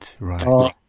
right